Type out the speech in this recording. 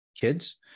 kids